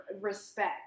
respect